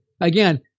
again